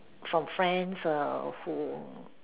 from friends err who